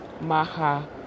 Maha